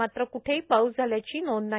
मात्र क्ठेही पाऊस झाल्याची नोंद नाही